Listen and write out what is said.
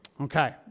Okay